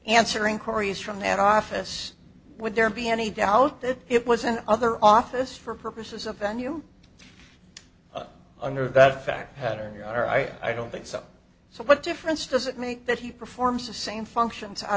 answering cory's from an office would there be any doubt that it was an other office for purposes of venue under that fact pattern here alright i don't think so so what difference does it make that he performs the same functions out